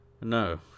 no